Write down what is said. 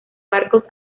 barcos